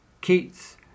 Keats